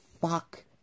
fuck